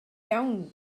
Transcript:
iawn